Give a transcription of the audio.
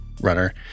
runner